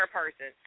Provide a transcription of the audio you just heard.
person